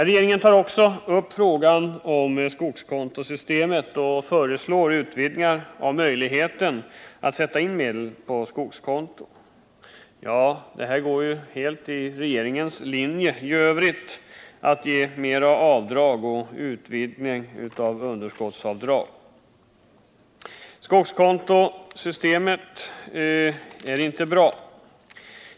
Regeringen tar också upp frågan om skogskontosystemet och föreslår utvidgningar av möjligheten att sätta in medel på skogskonto. Ja, det överensstämmer helt med regeringens linje i övrigt, att medge mer avdrag och utvidgningar av underskottsavdragen. Skogskontosystemet är inte bra.